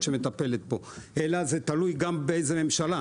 זה תלוי גם באיזו ממשלה,